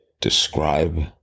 describe